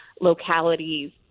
localities